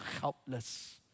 helpless